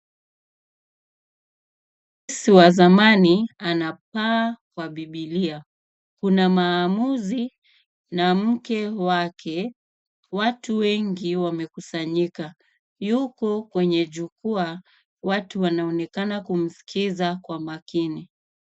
Rais wa zamani anapaa kwa bibilia, kuna maamuzi na mke wake. Watu wengi wamekusanyika. Yuko kwenye jukwaa. Watu wanaonekana kumskiza kwa makini.